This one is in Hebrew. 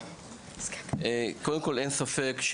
קודם כל אין ספק,